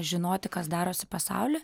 žinoti kas darosi pasauly